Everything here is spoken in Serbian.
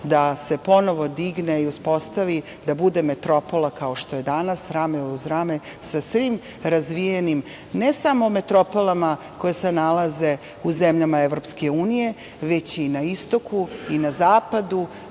da se ponovo digne i uspostavi, da bude metropola kao što je danas, rame uz rame sa svim razvijenim, ne samo metropolama koje se nalaze u zemljama EU, već i na istoku i na zapadu,